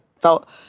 felt